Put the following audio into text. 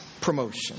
promotion